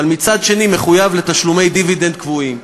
אבל מצד שני מחויב לתשלומי דיבידנד קבועים,